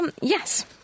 Yes